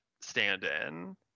stand-in